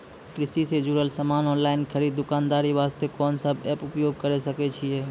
कृषि से जुड़ल समान ऑनलाइन खरीद दुकानदारी वास्ते कोंन सब एप्प उपयोग करें सकय छियै?